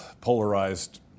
polarized